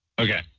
Okay